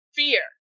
fear